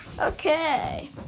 Okay